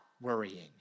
worrying